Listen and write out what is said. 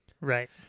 Right